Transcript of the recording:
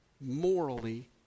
morally